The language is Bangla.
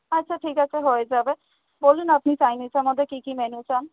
আচ্ছা ঠিক আছে হয়ে যাবে বলুন আপনি চাইনিসের মধ্যে কী কী মেনু চান